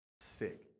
sick